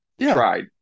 tried